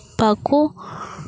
ᱵᱟᱠᱚ